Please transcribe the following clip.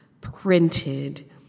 printed